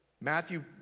Matthew